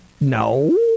No